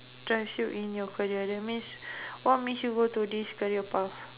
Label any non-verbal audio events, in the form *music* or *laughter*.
drives you in your career that means *breath* what makes you go to this career path